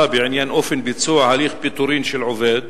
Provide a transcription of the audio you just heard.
בעניין אופן ביצוע הליך פיטורים של עובד.